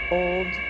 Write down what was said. old